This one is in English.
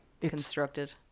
constructed